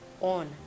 on